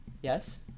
Yes